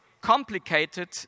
complicated